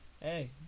Hey